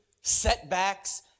setbacks